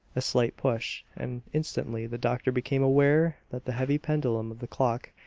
a slight push, and instantly the doctor became aware that the heavy pendulum of the clock,